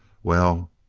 well,